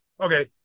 okay